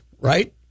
right